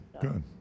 good